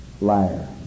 liar